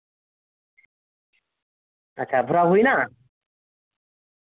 ᱟᱪᱪᱷᱟ ᱵᱷᱚᱨᱟᱣ ᱦᱩᱭ ᱮᱱᱟ